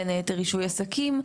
בין היתר רישוי עסקים,